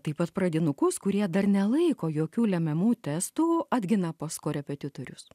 taip pat pradinukus kurie dar nelaiko jokių lemiamų testų atgina pas korepetitorius